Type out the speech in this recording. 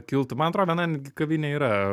kiltų man atrodo viena netgi kavinė yra